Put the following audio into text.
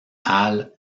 halle